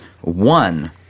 One